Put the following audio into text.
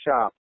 shop